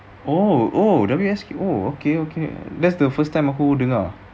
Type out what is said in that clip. oh oh W_S~ oh okay okay that's the first time aku dengar